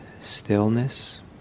stillness